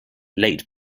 later